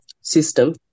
system